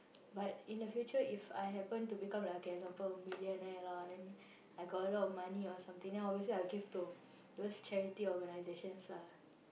but in the future if I happen to become like okay example millionaire lah then I got a lot of money or something then obviously I will give to those charity organisations lah